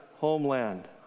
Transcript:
homeland